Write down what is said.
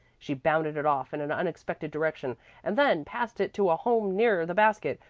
she bounded it off in an unexpected direction and then passed it to a home nearer the basket,